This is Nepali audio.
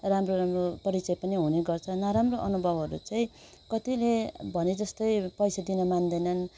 राम्रो राम्रो परिचय पनि हुने गर्छ नराम्रो अनुभवहरू चाहिँ कतिले भने जस्तै पैसा दिनु मान्दैनन्